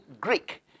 Greek